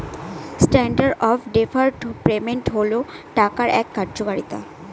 standard of deferred payment হল টাকার এক কার্যকারিতা